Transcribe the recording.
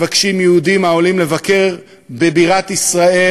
מבקשים יהודים העולים לבקר בבירת ישראל,